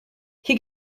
hier